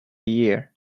year